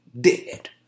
dead